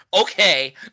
Okay